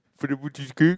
cheesecake